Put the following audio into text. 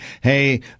hey